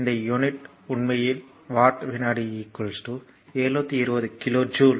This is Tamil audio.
இந்த யூனிட் உண்மையில் வாட் வினாடி 720 கிலோ ஜூல்